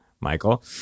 Michael